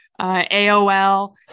aol